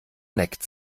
neckt